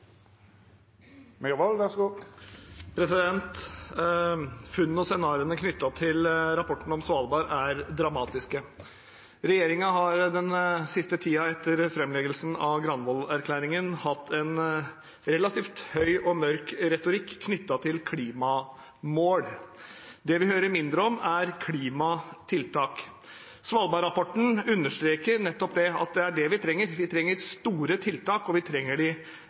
Funnene og scenarioene knyttet til rapporten om Svalbard er dramatiske. Regjeringen har den siste tiden etter framleggelsen av Granavolden-plattformen hatt en relativt høy og mørk retorikk knyttet til klimamål. Det vi hører mindre om, er klimatiltak. Svalbard-rapporten understreker nettopp at det er det vi trenger. Vi trenger store tiltak, og vi trenger